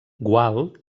gual